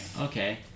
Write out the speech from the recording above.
Okay